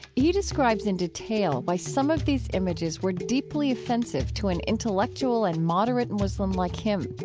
he describes in detail why some of these images were deeply offensive to an intellectual and moderate muslim like him.